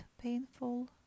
painful